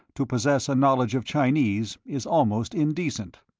to possess a knowledge of chinese is almost indecent.